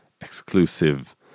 exclusive